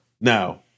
Now